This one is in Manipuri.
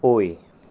ꯑꯣꯏ